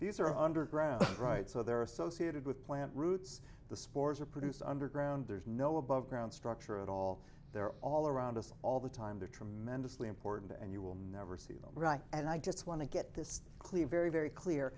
these are underground right so they're associated with plant roots the spores are produced underground there's no above ground structure at all they're all around us all the time they're tremendously important and you will never see them right and i just want to get this clear very very clear